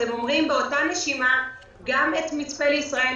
הם אומרים שהטבלה היא לא תנאי.